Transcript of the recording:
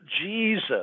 Jesus